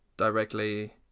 directly